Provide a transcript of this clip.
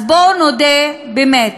אז בואו נודה: באמת,